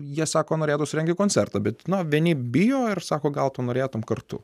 jie sako norėtų surengti koncertą bet vieni bijo ir sako gal tu norėtum kartu